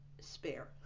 Spare